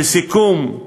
לסיכום,